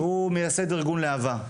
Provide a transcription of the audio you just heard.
הוא מייסד ארגון להב"ה.